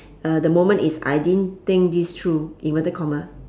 uh the moment is I didn't think this through inverted comma